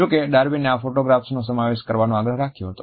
જોકે ડાર્વિને આ ફોટોગ્રાફ્સનો સમાવેશ કરવાનો આગ્રહ રાખ્યો હતો